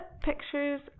pictures